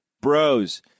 bros